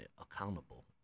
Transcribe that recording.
accountable